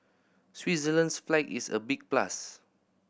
Switzerland's flag is a big plus